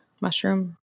mushroom